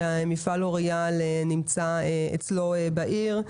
שמפעל לוריאל נמצא בעיר שלו.